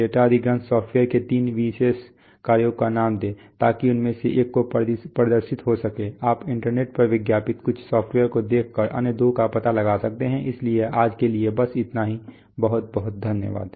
data अधिग्रहण software के तीन विशिष्ट कार्यों को नाम दें ताकि उनमें से एक प्रदर्शित हो सके आप इंटरनेट पर विज्ञापित कुछ सॉफ़्टवेयर को देखकर अन्य दो का पता लगा सकते हैं इसलिए आज के लिए बस इतना ही बहुत बहुत धन्यवाद